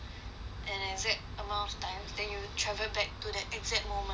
at exact amount of time then you travel back to that exact moment